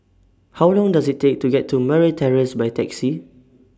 How Long Does IT Take to get to Murray Terrace By Taxi